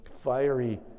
fiery